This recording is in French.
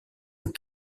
aux